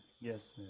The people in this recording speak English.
Yes